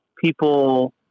people